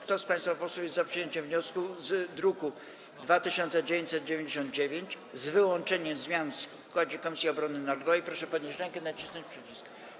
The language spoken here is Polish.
Kto z państwa posłów jest za przyjęciem wniosku z druku nr 2999, z wyłączeniem zmian w składzie Komisji Obrony Narodowej, proszę podnieść rękę i nacisnąć przycisk.